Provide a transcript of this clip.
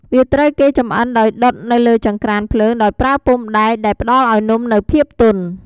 វាត្រូវគេចម្អិនដោយដុតនៅលើចង្ក្រានភ្លើងដោយប្រើពុម្ពដែក ដែលផ្តល់ឱ្យនំនូវភាពទន់។